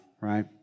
right